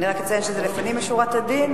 אני רק אציין שזה לפנים משורת הדין,